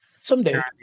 someday